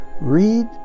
read